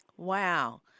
Wow